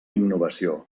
innovació